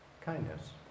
Kindness